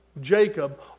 Jacob